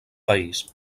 país